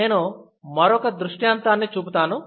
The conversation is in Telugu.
నేను మరొక దృష్టాంతాన్ని చూపుతాను